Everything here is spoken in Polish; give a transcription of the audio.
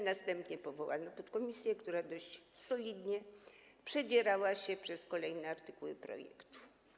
Następnie powołano podkomisję, która dość solidnie przedzierała się przez kolejne artykuły projektu.